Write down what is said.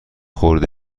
خورده